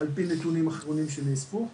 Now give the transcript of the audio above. זה על פי נתונים אחרונים שנאספו.